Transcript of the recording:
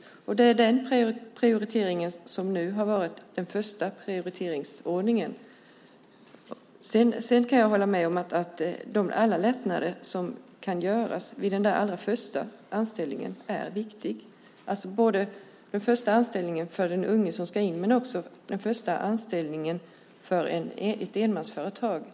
Det är dessa som har varit den första prioriteringsordningen. Sedan kan jag hålla med om att alla lättnader vid den allra första anställningen är viktiga. Det gäller både den första anställningen för den unga person som ska in och den första anställningen i ett enmansföretag.